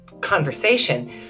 conversation